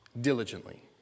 diligently